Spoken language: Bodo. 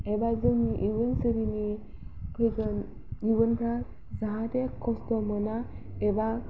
एबा जोंनि इयुन सिरिनि फैगोन इयुनफ्रा जाहाथे खस्थ' मोना एबा